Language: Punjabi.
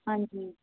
ਹਾਂਜੀ